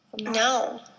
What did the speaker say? No